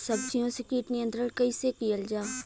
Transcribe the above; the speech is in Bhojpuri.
सब्जियों से कीट नियंत्रण कइसे कियल जा?